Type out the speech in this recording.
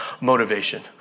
motivation